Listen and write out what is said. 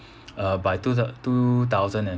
uh by two th~ two thousand and